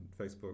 Facebook